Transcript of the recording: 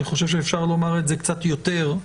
אני חושב שאפשר לומר את זה קצת יותר.